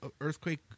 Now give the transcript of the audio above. earthquake